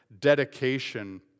dedication